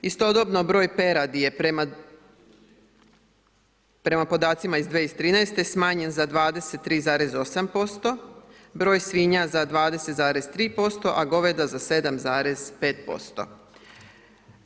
Istodobno broj peradi je prema podacima 2013. smanjen za 23,8%, broj svinja za 20,3%, a goveda za 7,5%